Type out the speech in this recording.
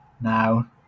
Now